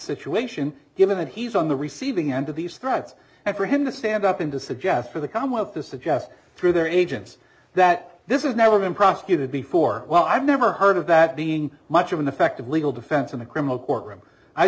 situation given that he's on the receiving end of these threats and for him to stand up and to suggest for the come up to suggest through their agents that this is never been prosecuted before well i've never heard of that being much of an effect of legal defense in a criminal courtroom i